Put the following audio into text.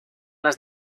las